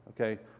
okay